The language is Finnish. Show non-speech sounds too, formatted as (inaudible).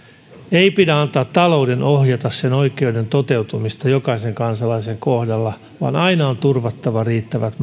ei pidä antaa talouden ohjata oikeuden toteutumista jokaisen kansalaisen kohdalla vaan aina on turvattava riittävät (unintelligible)